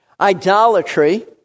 idolatry